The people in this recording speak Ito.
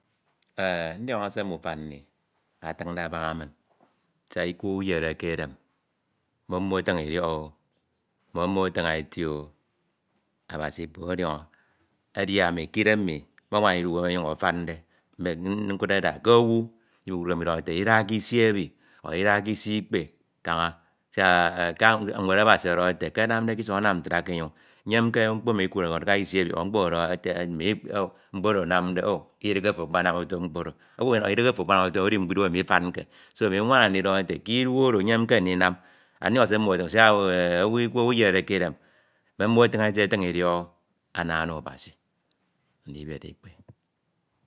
Fish ndiọnọke se mme ufan nni ariñde abaña min siak Ikwe owu eyiede ke edem me mmo afiñ Idiọk o me mmo afiñ eti o Abasi Ikpoñ ọdiọñọ edi ami k’idem mmi manwana nididu uwem ọnyuñ afande nuk nkudde tht ke owu ndidu uwem ọdohode ete dida kisi ebi ọ ldida kisi Ikpe kaña siak kaña ñwed Abasi ọdọhọde ete ke anamde k’Isọñ anam ntra ke enyon, nyemke mkpo emi Ikudde mi ọ eka Isi ebi or mkpo emi ọdọhọde ete mkpo oro anam oh kidihe afo akpanam uto mkpo oro owu oro ọdọhọde Idihe ofo akpanam uto mkpo oro edi mme Idu emi mifanke so ami nwana ndidọho ete k’idu oro nyemke ndinam and ndiọñọke se mmo anam siak Ikwe owu eyiede ke edem me mmo afin eti afiñ Idiọk o ama ono Abasi ndibiere Ikpe.